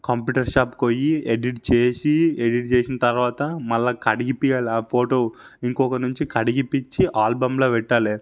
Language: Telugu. కంప్యూటర్ షాప్కి పోయ్యి ఎడిట్ చేసి ఎడిట్ చేసిన తర్వాత మళ్ళా కడిగిపియాల ఆ ఫోటో ఇంకొకరి నుంచి కడిగిపించి ఆల్బంలో పెట్టాలి